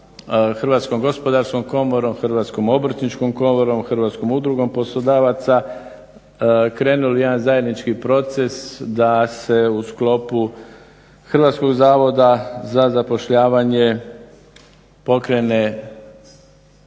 Hrvatskom gospodarskom komorom, Hrvatskom obrtničkom komorom, Hrvatskom udrugom poslodavaca krenuli jedan zajednički proces da se u sklopu Hrvatskog zavoda za zapošljavanje pokrene,